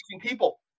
people